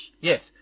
yes